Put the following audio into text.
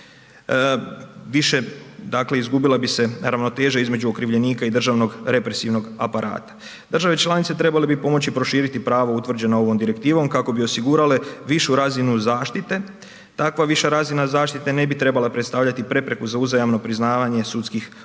dakle izgubila bi se ravnoteža između okrivljenika i državnog represivnog aparata. Države članice trebale bi pomoći proširiti pravo utvrđeno ovom direktivom kako bi osigurale višu razine zaštite, takva viša razina zaštite ne bi trebala predstavljati prepreku za uzajamno priznavanje sudskih odluka